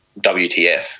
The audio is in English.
WTF